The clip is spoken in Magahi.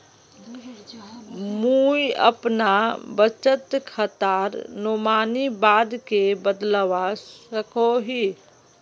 मुई अपना बचत खातार नोमानी बाद के बदलवा सकोहो ही?